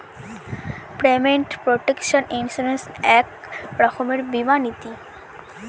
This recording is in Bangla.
পেমেন্ট প্রটেকশন ইন্সুরেন্স এক রকমের বীমা নীতি